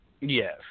Yes